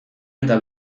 eta